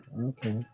Okay